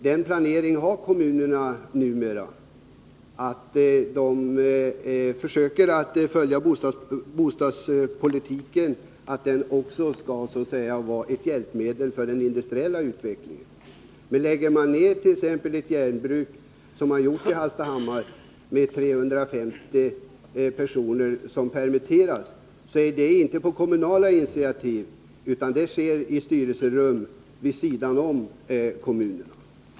Kommunerna har numera en sådan planering att bostadspolitiken blir ett hjälpmedel för den industriella utvecklingen. När man lägger ned ett järnbruk med 350 anställda — såsom man gjort i Hallstahammar — och permitterar personalen, så sker det inte på kommunala initiativ, utan besluten härom fattas i styrelserummen.